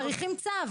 מאריכים צו.